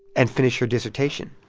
and finish her dissertation